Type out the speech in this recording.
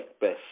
best